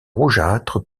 rougeâtre